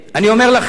אני אומר לכם: